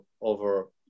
over